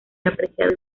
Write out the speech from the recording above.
apreciado